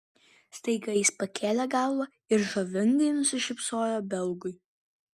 staiga jis pakėlė galvą ir žavingai nusišypsojo belgui